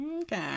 Okay